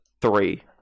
three